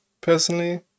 personally